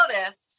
noticed